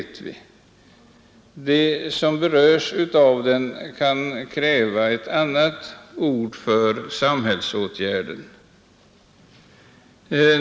De som berörs av den kan kräva ett annat ord för samhällsåtgärder.